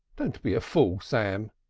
don't be a fool, sam,